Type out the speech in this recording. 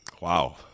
Wow